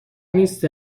نیست